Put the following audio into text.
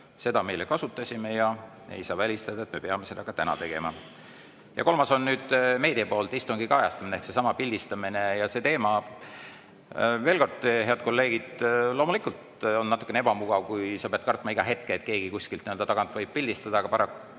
Seda me eile kasutasime ja ei saa välistada, et me peame seda ka täna tegema. Ja kolmas on meedia poolt istungi kajastamine ehk seesama pildistamine, see teema. Veel kord, head kolleegid, loomulikult on natukene ebamugav, kui sa pead iga hetk kartma, et keegi kuskilt tagant võib pildistada, aga paraku